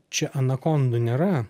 čia anakondų nėra